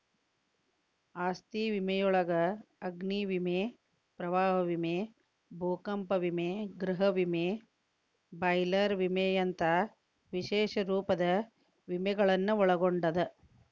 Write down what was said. ಆಸ್ತಿ ವಿಮೆಯೊಳಗ ಅಗ್ನಿ ವಿಮೆ ಪ್ರವಾಹ ವಿಮೆ ಭೂಕಂಪ ವಿಮೆ ಗೃಹ ವಿಮೆ ಬಾಯ್ಲರ್ ವಿಮೆಯಂತ ವಿಶೇಷ ರೂಪದ ವಿಮೆಗಳನ್ನ ಒಳಗೊಂಡದ